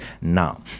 now